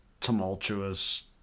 tumultuous